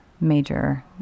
major